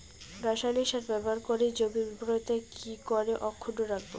রাসায়নিক সার ব্যবহার করে জমির উর্বরতা কি করে অক্ষুণ্ন রাখবো